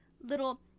little